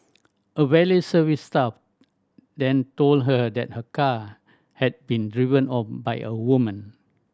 a valet service staff then told her that her car had been driven off by a woman